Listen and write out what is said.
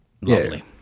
Lovely